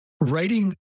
Writing